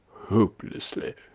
hopelessly.